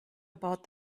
about